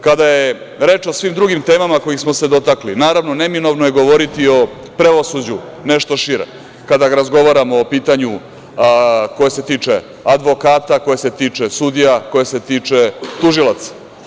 Kada je reč o svim drugim temama kojih smo se dotakli, naravno, neminovno je govoriti o pravosuđu nešto šire, kada razgovaramo o pitanju koje se tiče advokata, koje se tiče sudija, koje se tiče tužilaca.